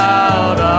out